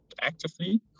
actively